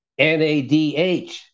NADH